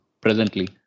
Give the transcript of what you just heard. presently